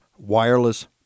wireless